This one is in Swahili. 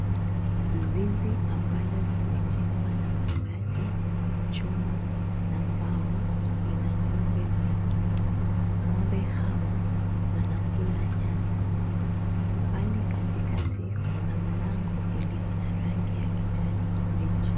Zizi ambalo limejengwa na mabati, chuma na mbao lina ng'ombe wengi. Ng'ombe hawa wanakula nyasi. Pale katikati kuna mlango iliyo na rangi ya kijani kibichi.